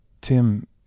tim